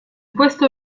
questo